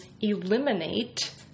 eliminate